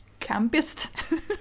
campist